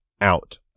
out